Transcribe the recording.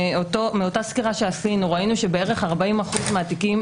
מאותה סקירה שעשינו ראינו שכ-40% מהתיקים